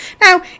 Now